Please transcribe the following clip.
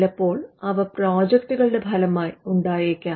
ചിലപ്പോൾ അവ പ്രോജക്റ്റുകളുടെ ഫലമായി ഉണ്ടായേക്കാം